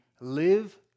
live